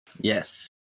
Yes